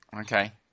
Okay